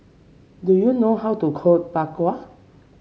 do you know how to cook Bak Kwa